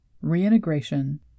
Reintegration